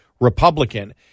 Republican